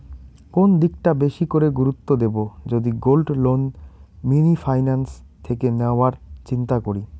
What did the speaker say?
কোন দিকটা বেশি করে গুরুত্ব দেব যদি গোল্ড লোন মিনি ফাইন্যান্স থেকে নেওয়ার চিন্তা করি?